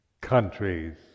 countries